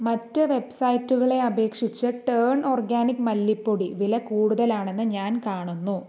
മറ്റ് വെബ്സൈറ്റുകളെ അപേക്ഷിച്ച് ടേൺ ഓർഗാനിക് മല്ലിപ്പൊടി വില കൂടുതലാണെന്ന് ഞാൻ കാണുന്നു